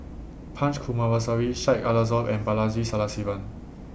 Punch Coomaraswamy Syed Alsagoff and Balaji Sadasivan